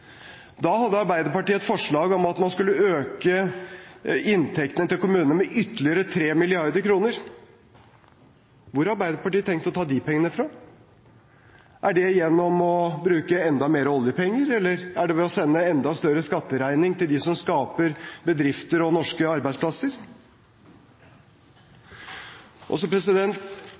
Da hadde Arbeiderpartiet et forslag om at man skulle øke inntektene til kommunene med ytterligere 3 mrd. kr. Hvor har Arbeiderpartiet tenkt å ta de pengene fra? Er det gjennom å bruke enda mer oljepenger, eller er det ved å sende en enda større skatteregning til dem som skaper bedrifter og norske arbeidsplasser?